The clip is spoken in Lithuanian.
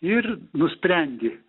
ir nusprendi